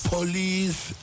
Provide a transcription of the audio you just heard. Police